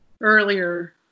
earlier